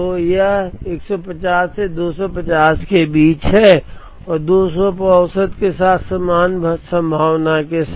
तो यह 150 से 250 के बीच है 200 पर औसत के साथ समान संभावना के साथ